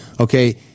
Okay